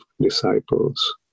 disciples